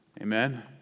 Amen